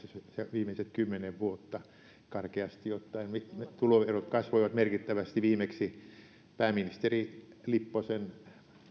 viimeiset kymmenen vuotta karkeasti ottaen tuloerot kasvoivat merkittävästi viimeksi pääministeri lipposen